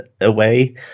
away